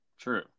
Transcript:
True